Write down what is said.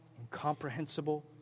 incomprehensible